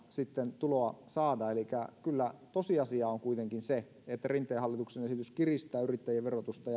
tuloa saada elikkä kyllä tosiasia on kuitenkin se että rinteen hallituksen esitys kiristää yrittäjien verotusta